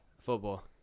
Football